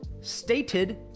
stated